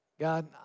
God